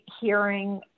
hearing